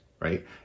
Right